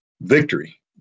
victory